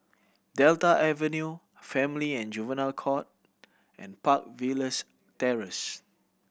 Delta Avenue Family and Juvenile Court and Park Villas Terrace